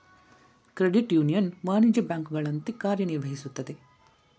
credit union ವಾಣಿಜ್ಯ ಬ್ಯಾಂಕುಗಳ ಅಂತೆ ಕಾರ್ಯ ನಿರ್ವಹಿಸುತ್ತದೆ